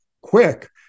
quick